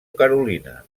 carolina